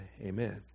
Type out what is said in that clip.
Amen